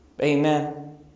Amen